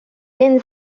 then